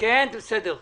זה בשביל לעצור